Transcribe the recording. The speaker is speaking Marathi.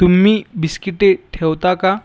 तुम्ही बिस्किटे ठेवता का